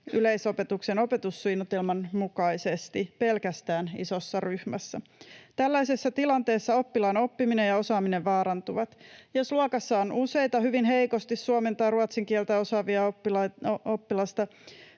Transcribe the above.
yleisopetuksen opetussuunnitelman mukaisesti pelkästään isossa ryhmässä. Tällaisessa tilanteessa oppilaan oppiminen ja osaaminen vaarantuvat. Jos luokassa on useita hyvin heikosti suomen tai ruotsin kieltä osaavia oppilaita,